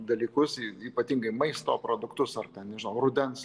dalykus ypatingai maisto produktus ar ten nežinau rudens